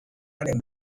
haren